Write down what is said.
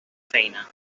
feina